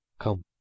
Come